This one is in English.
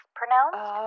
pronounced